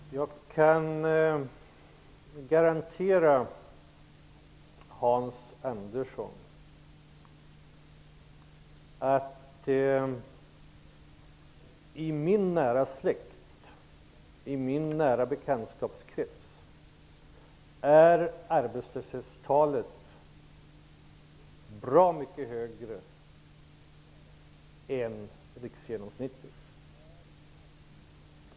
Herr talman! Jag kan garantera Hans Andersson att i min nära släkt och bekantskapskrets är arbetslöshetstalet bra mycket högre än riksgenomsnittet.